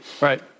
Right